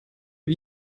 wie